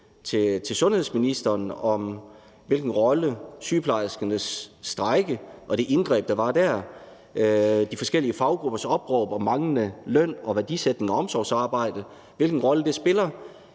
sundhedsministeren om, hvilken rolle sygeplejerskernes strejke og det indgreb, der blev foretaget der, de forskellige faggruppers opråb om manglende løn og værdisætningen af omsorgsarbejdet spiller, så henviser